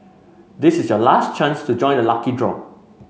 this is your last chance to join the lucky draw